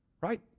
Right